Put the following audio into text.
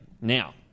Now